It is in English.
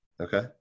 Okay